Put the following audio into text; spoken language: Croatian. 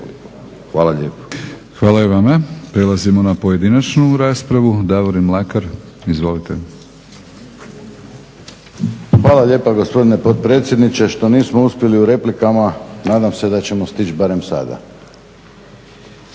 Milorad (HNS)** Hvala i vama. Prelazimo na pojedinačnu raspravu. Davorin Mlakar izvolite. **Mlakar, Davorin (HDZ)** Hvala lijepa gospodine potpredsjedniče. Što nismo uspjeli u replikama, nadam se da ćemo stići barem sada.